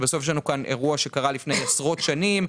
כשבסוף יש לנו אירוע שקרה לפני עשרות שנים.